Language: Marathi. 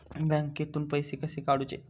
बँकेतून पैसे कसे काढूचे?